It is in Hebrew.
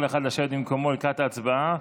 כל אחד לשבת במקומו לקראת ההצבעה,